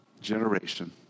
generation